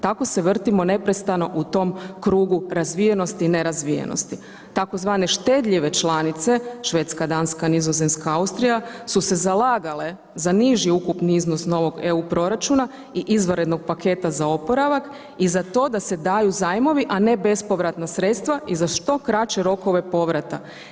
Tako se vrtimo neprestano u tom krugu razvijenosti i nerazvijenosti, tzv. štedljive članice Švedska, Danska, Nizozemska, Austrija su se zalagale za niži ukupni iznos novog EU proračuna i izvanrednog paketa za oporavak i za to da se daju zajmovi, a ne bespovratna sredstava i za što kraće rokove povrata.